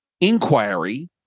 inquiry